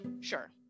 sure